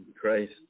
Christ